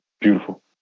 beautiful